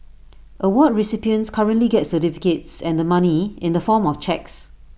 award recipients currently get certificates and the money in the form of cheques